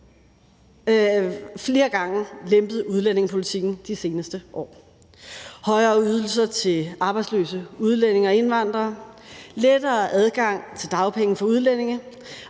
flere gange lempet udlændingepolitikken de seneste år: højere ydelser til arbejdsløse udlændinge og indvandrere, lettere adgang til dagpenge for udlændinge,